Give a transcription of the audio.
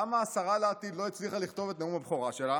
למה השרה לעתיד לא הצליחה לכתוב את נאום הבכורה שלה?